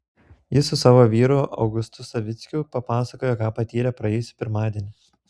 ji su savo vyru augustu savickiu papasakojo ką patyrė praėjusį pirmadienį